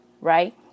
right